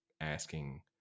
asking